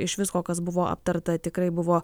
iš visko kas buvo aptarta tikrai buvo